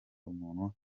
umuntu